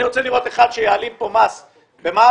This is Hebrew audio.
אני רוצה לראות אחד שיעלים כאן מס במע"מ